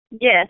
Yes